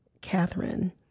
Catherine